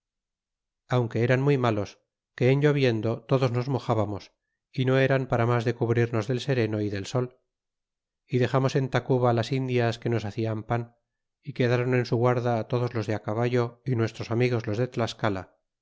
aunque eran muy malos que en lloviendo todos nos mojábamos é no eran para mas de cubrirnos del sereno é del sol y dexarnos en tacuba las indias que nos hacian pan y quedaron en su guarda todos los de á caballo y nuestros amigos los de tlascala